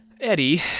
Eddie